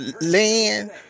land